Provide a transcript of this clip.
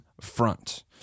front